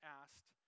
asked